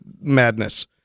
madness